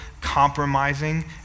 compromising